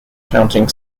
counting